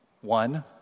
One